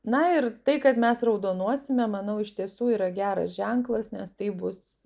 na ir tai kad mes raudonuosime manau iš tiesų yra geras ženklas nes tai bus